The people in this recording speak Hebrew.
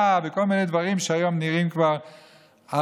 ובכל מיני דברים שהיום נראים כבר ארכאיים